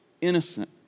innocent